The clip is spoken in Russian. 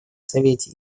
совете